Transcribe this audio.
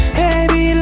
baby